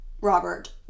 Robert